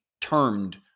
termed